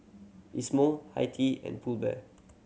Isomil Hi Tea and Pull Bear